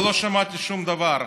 אבל לא שמעתי שום דבר,